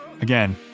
Again